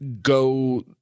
go